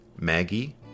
Maggie